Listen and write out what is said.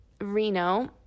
Reno